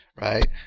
right